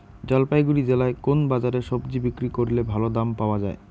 জলপাইগুড়ি জেলায় কোন বাজারে সবজি বিক্রি করলে ভালো দাম পাওয়া যায়?